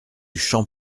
champ